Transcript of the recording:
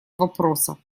вопроса